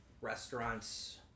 restaurants